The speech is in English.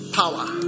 power